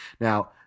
Now